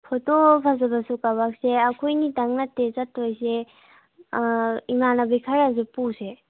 photo ꯐꯖꯕꯁꯨ ꯀꯥꯄꯛꯁꯦ ꯑꯩꯈꯣꯏꯅꯤꯇꯪ ꯅꯠꯇꯦ ꯆꯠꯇꯣꯏꯁꯦ ꯏꯃꯥꯟꯅꯕꯤ ꯈꯔꯁꯨ ꯄꯨꯁꯦ